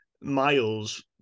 Miles